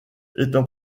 étant